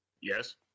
Yes